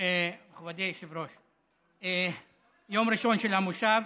כבוד היושב-ראש, יום ראשון של המושב,